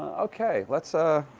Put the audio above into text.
okay. let's ah